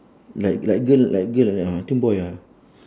like like girl like girl like that ah I think boy ah